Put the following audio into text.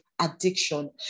addiction